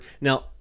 now